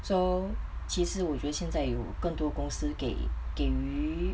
so 其实我觉现在有更多公司给给与